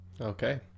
Okay